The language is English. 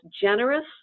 generous